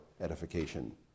edification